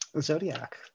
zodiac